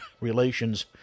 relations